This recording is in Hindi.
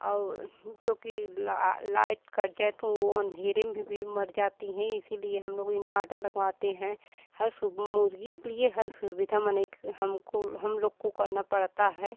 और जोकि ला लाइट कट जाए तो वे अंधेरे में भी भी मर जाती हैं इसीलिए हम लोग इन्वाटर लगवाते हैं हर सुबह मुर्ग़ी के लिए हर सुविधा मनई के हमको हम लोग को करना पड़ता है